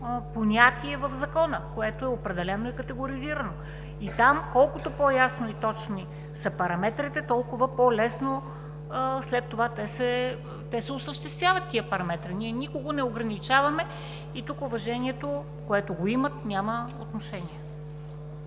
понятие в Закона, което е определено и категоризирано. Колкото по-ясни и точни са параметрите, толкова по-лесно след това те се осъществяват. Ние никого не ограничаваме. Тук уважението, което го имат, няма отношение.